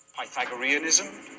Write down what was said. Pythagoreanism